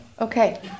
Okay